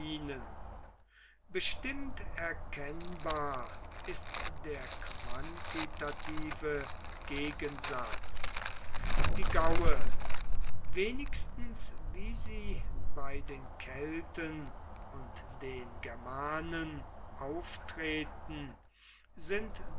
bestimmt erkennbar ist der quantitative gegensatz die gaue wenigstens wie sie bei den kelten und den germanen auftreten sind